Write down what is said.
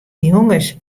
jonges